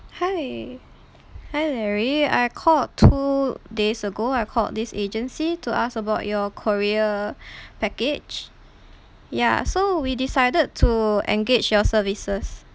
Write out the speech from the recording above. hi hi larry I called two days ago I called this agency to ask about your korea package ya so we decided to engage your services